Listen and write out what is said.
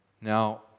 Now